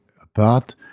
apart